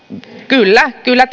kyllä kyllä